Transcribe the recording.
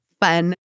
fun